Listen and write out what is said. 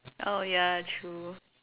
oh ya true